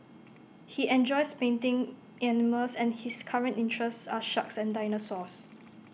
he enjoys painting animals and his current interests are sharks and dinosaurs